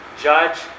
judge